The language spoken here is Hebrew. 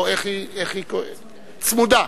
צמודה,